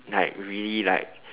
like really like